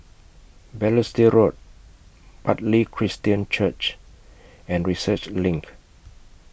Balestier Road Bartley Christian Church and Research LINK